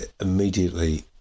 immediately